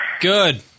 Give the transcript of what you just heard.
Good